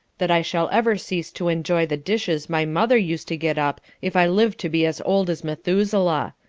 that i shall ever cease to enjoy the dishes my mother used to get up if i live to be as old as methuselah!